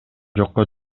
жокко